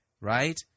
Right